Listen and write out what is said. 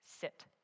sit